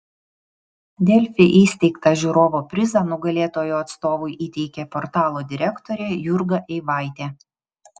delfi įsteigtą žiūrovo prizą nugalėtojo atstovui įteikė portalo direktorė jurga eivaitė